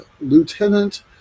Lieutenant